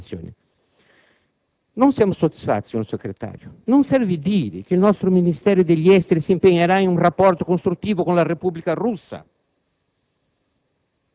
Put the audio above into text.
Questa dichiarazione è decisiva. Non siamo soddisfatti, signor Sottosegretario. Non serve dire che il nostro Ministero degli affari esteri si impegnerà in un rapporto costruttivo con la Repubblica russa.